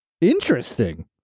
interesting